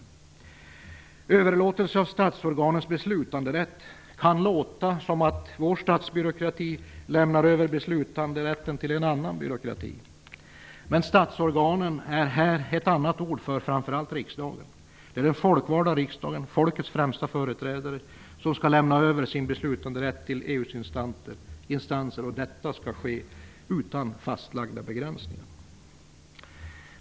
En överlåtelse av statsorganens beslutanderätt kan låta som om vår statsbyråkrati lämnar över beslutanderätten till en annan byråkrati. Men statsorganen är här ett annat ord för framför allt riksdagen. Det är den folkvalda riksdagen -- folkets främsta företrädare -- som skall lämna över sin beslutanderätt till EU:s instanser, och detta skall ske utan fastlagda begränsningar.